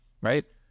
right